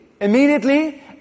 immediately